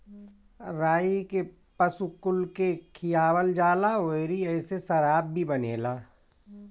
राई के पशु कुल के खियावल जाला अउरी एसे शराब भी बनेला